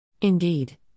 Indeed